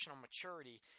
maturity